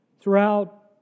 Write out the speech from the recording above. Throughout